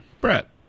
Brett